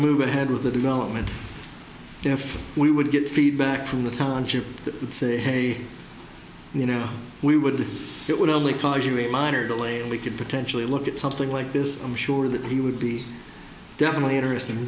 move ahead with the development if we would get feedback from the township and say hey you know we would it would only cause you a minor delay and we could potentially look at something like this i'm sure that he would be definitely interested in